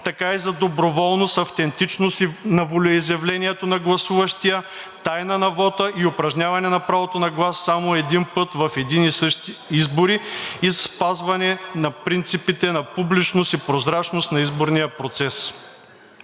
така и за доброволност и автентичност на волеизявлението на гласуващия, тайна на вота и упражняване правото на глас само един път в едни и същи избори и спазване на принципите на публичност и прозрачност на изборния процес.“